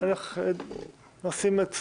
אבל אני רואה שהיא יצאה.